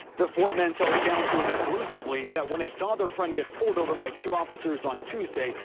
the four men told channel to exclusively that when they saw their friend get pulled over by two officers on tuesday,